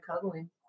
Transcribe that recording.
cuddling